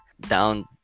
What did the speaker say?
down